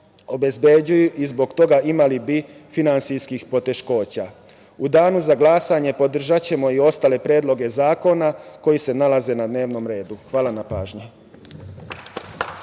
i zbog toga bi imali finansijskih poteškoća.U danu za glasanje podržaćemo i ostale predloge zakona koji se nalaze na dnevnom redu. Hvala na pažnji.